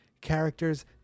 characters